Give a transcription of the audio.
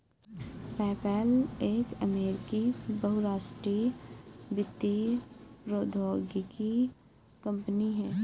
PayPal एक अमेरिकी बहुराष्ट्रीय वित्तीय प्रौद्योगिकी कंपनी है